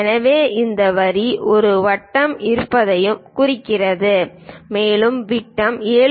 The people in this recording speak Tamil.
எனவே இந்த வழி ஒரு வட்டம் இருப்பதையும் குறிக்கிறது மேலும் விட்டம் 7